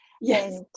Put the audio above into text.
yes